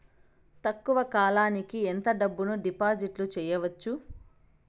తక్కువ కాలానికి ఎంత డబ్బును డిపాజిట్లు చేయొచ్చు?